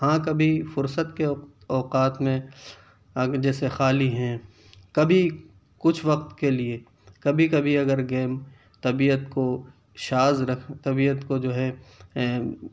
ہاں کبھی فرصت کے اوقات میں اب جیسے خالی ہیں کبھی کچھ وقت کے لیے کبھی کبھی اگر گیم طبیعت کو شاذ رکھ طبیعت کو جو ہے